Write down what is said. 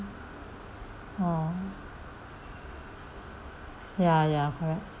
oh ya ya correct